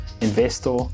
investor